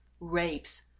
Rapes